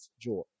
joy